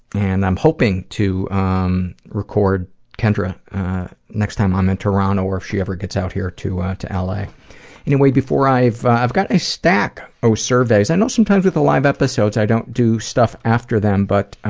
and i'm hoping to um record kendra next time i'm in toronto or if she ever gets out here to to l. a. anyway, before i've i've got a stack o' surveys. i know, sometimes with the live episodes i don't do stuff after them, but